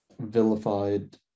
vilified